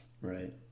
right